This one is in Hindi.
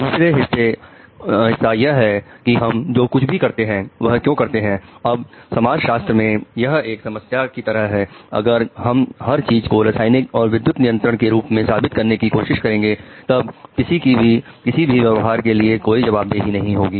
दूसरा हिस्सा यह है कि हम जो कुछ भी करते हैं वह क्यों करते हैं अब समाजशास्त्र में यह एक समस्या की तरह है अगर हम हर चीज को रासायनिक और विद्युत नियंत्रण के रूप में साबित करने की कोशिश करेंगे तब किसी भी व्यवहार के लिए कोई जवाबदेही नहीं होगी